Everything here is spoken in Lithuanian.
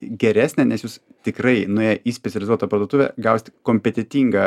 geresnė nes jūs tikrai nuėję į specializuotą parduotuvę gausit kompetentingą